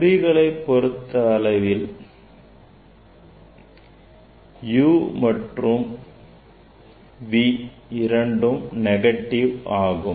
குறிகளைப் பொறுத்தவரையில் u v இரண்டும் negative ஆகும்